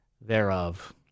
thereof